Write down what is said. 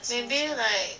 maybe like